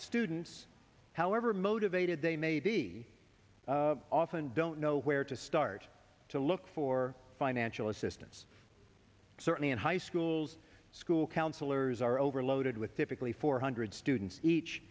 students however motivated they may be often don't know where to start to look for financial assistance certainly in high schools school counselors are overloaded with typically four hundred students each